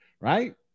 right